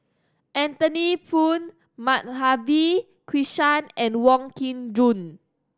Anthony Poon Madhavi Krishnan and Wong Kin Jong